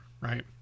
right